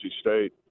State